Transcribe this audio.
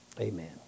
Amen